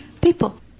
people